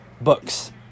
books